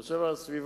אני חושב על הסביבה.